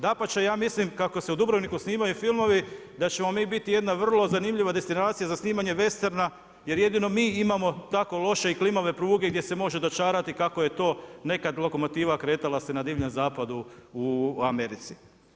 Dapače, ja mislim, kako se u Dubrovniku snimaju filmovi, da ćemo mi biti jedna vrlo zanimljiva destinacija za snimanje vesterna, jer jedino mi imamo tako loše i klimave pruge gdje se može dočarati kako je to nekad lokomotiva kretala se na divljem zapadu u Americi.